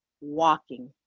walking